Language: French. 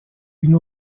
une